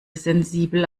sensibel